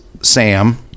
Sam